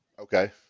Okay